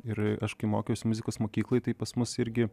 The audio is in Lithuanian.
ir aš kai mokiausi muzikos mokykloj tai pas mus irgi